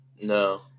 No